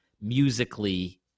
musically